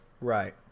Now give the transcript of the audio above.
Right